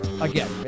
again